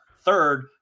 third